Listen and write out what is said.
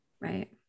right